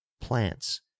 plants